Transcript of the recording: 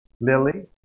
Lily